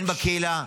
הן בקהילה,